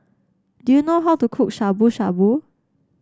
do you know how to cook Shabu Shabu